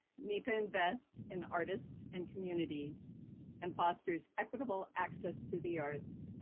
nefa invests in artists and communities and fosters equitable access to the arts,